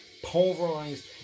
Pulverized